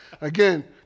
Again